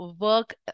work